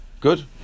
good